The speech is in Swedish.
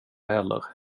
heller